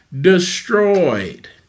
destroyed